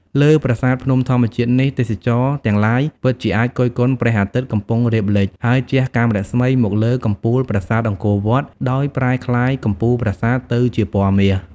លើប្រាសាទភ្នំធម្មជាតិនេះ ទេសចរទាំងឡាយពិតជាអាចគយគន់ព្រះអាទិត្យកំពុងរៀបលិច ហើយជះកាំរស្មីមកលើកំពូលប្រាសាទអង្គរវត្តដោយប្រែក្លាយកំពូលប្រាសាទទៅជាពណ៌មាស។